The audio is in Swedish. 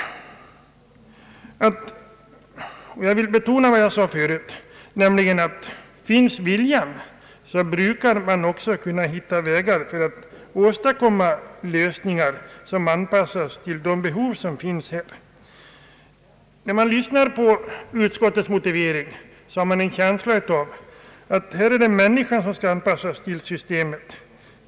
Jag vill betona vad jag förut sade, att om bara viljan finns brukar man också kunna hitta vägar för att åstadkomma lösningar som anpassas till de behov som finns. När jag tar del av utskottets motivering, får jag en känsla av att det här gäller att anpassa människan till systemet.